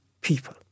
people